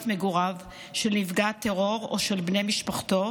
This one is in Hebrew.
מגוריו של נפגע הטרור או של בני משפחתו,